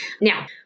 now